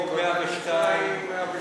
חוק 102. וד"לים,